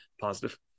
positive